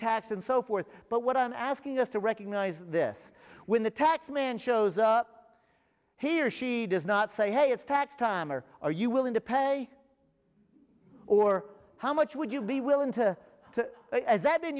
taxed and so forth but what i'm asking us to recognize this when the tax man shows up he or she does not say hey it's tax time or are you willing to pay or how much would you be willing to pay as that in